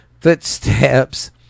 Footsteps